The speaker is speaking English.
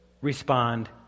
respond